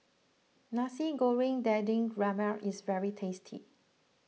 Nasi Goreng Daging Merah is very tasty